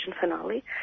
finale